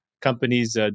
companies